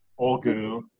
Olgu